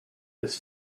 this